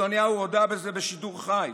נתניהו הודה בזה בשידור חי,